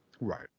Right